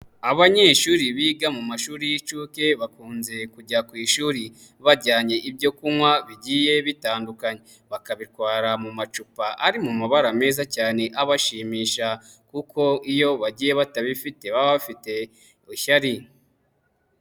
Abanyeshuri biga mu mashuri y'inshuke bakunze kujya ku ishuri bajyanye ibyo kunywa bigiye bitandukanye bakabitwara mu macupa ari mu mabara meza cyane abashimisha kuko iyo bagiye batabifite baba bafite ishyari.